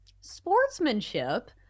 Sportsmanship